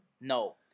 No